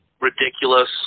ridiculous